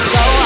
go